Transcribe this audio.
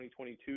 2022